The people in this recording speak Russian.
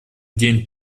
день